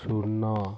ଶୂନ